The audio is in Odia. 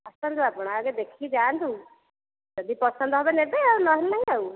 ଆସନ୍ତୁ ଆପଣ ଆଗେ ଦେଖିକି ଯାଆନ୍ତୁ ଯଦି ପସନ୍ଦ ହେବ ନେବେ ଆଉ ନହେଲେ ନାହିଁ ଆଉ